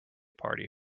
party